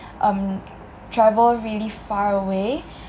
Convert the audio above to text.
um travel really far away